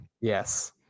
Yes